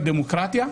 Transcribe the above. בדמוקרטיה,